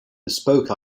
bespoke